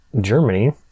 Germany